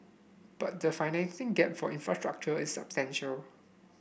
but the financing gap for infrastructure is substantial